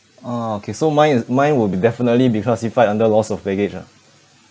okay so mine is mine will be definitely be classified under loss of baggage ah